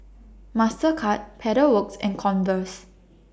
Mastercard Pedal Works and Converse